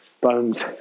bones